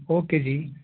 okay ਜੀ